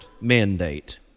mandate